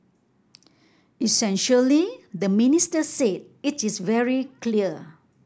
essentially the minister said it is very clear